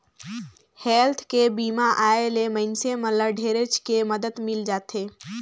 health के बीमा आय ले मइनसे मन ल ढेरेच के मदद मिल जाथे